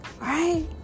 right